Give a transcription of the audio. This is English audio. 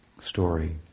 story